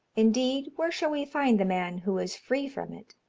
indeed, where shall we find the man who is free from it?